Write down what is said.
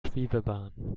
schwebebahn